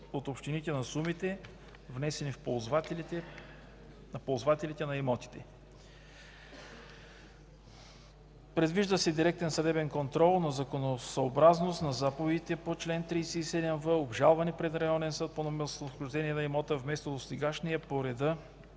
от общините на сумите, внесени на ползвателите на имотите. Предвижда се директен съдебен контрол на законосъобразност на заповедите по чл. 37в, обжалване пред районен съд по местонахождение на имота, вместо досегашния по реда